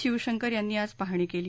शिवशंकर यांनी आज पाहणी केली